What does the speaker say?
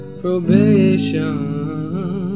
probation